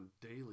daily